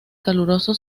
caluroso